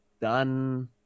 done